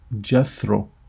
Jethro